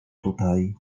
tutaj